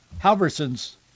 Halverson's